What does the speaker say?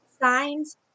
Signs